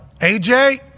AJ